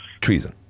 treason